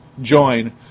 join